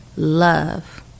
Love